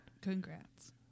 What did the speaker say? Congrats